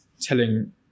telling